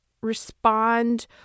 respond